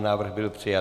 Návrh byl přijat.